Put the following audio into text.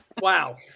wow